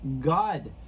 God